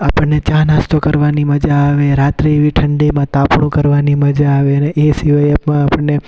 આપણને ચા નાસ્તો કરવાની મજા આવે રાત્રે એવી ઠંડીમાં તાપણું કરવાની મજા આવે અને એ સિવાય એમાં આપણને